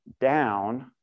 down